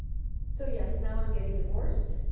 so yes, now i! m getting divorced,